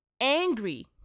angry